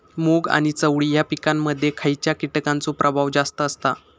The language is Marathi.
मूग आणि चवळी या पिकांमध्ये खैयच्या कीटकांचो प्रभाव जास्त असता?